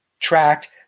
tracked